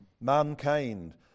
mankind